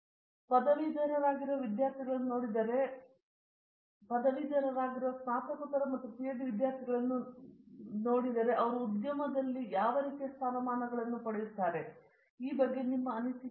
ಹಾಗಾಗಿ ಪದವೀಧರರಾಗಿರುವ ವಿದ್ಯಾರ್ಥಿಗಳನ್ನು ನೋಡಿದರೆ ಪದವೀಧರರಾಗಿರುವಾಗ ಸ್ನಾತಕೋತ್ತರ ಮತ್ತು ಪಿಎಚ್ಡಿ ವಿದ್ಯಾರ್ಥಿಗಳನ್ನು ನಾವು ನೋಡೋಣ ಅವರು ಉದ್ಯಮದಲ್ಲಿ ಅಥವಾ ಇತರ ಸಂದರ್ಭಗಳಲ್ಲಿ ಯಾವ ರೀತಿಯ ಸ್ಥಾನಗಳನ್ನು ಪಡೆಯುತ್ತಿದ್ದಾರೆಂದು ನೀವು ನೋಡುತ್ತೀರಿ